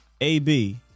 AB